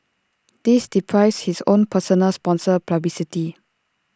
this deprives his own personal sponsor publicity